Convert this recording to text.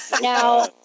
Now